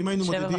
אם היינו מודדים